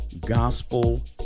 gospel